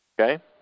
Okay